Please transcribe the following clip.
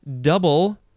double